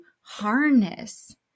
harness